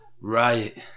Right